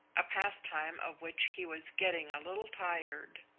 a pastime of which he was getting a little tired.